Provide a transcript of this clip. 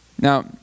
Now